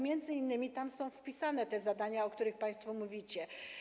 m.in. wpisane te zadania, o których państwo mówicie.